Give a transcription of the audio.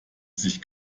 sich